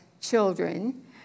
children